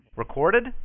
recorded